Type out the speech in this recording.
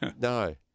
No